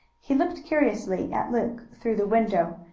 he looked curiously at luke through the window.